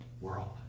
world